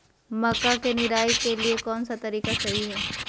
मक्का के निराई के लिए कौन सा तरीका सही है?